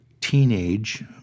teenage